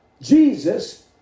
Jesus